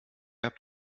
habt